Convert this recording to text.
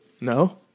no